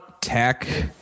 tech